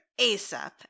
ASAP